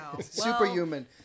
superhuman